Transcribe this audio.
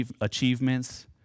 achievements